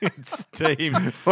Steam